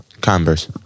Converse